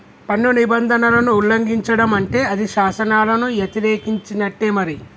పన్ను నిబంధనలను ఉల్లంఘిచడం అంటే అది శాసనాలను యతిరేకించినట్టే మరి